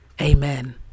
Amen